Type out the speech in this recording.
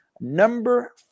Number